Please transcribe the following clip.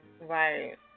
Right